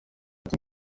ati